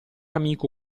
amico